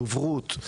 גם לסייע בדוברות,